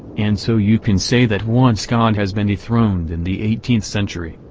and so you can say that once god has been dethroned in the eighteenth century,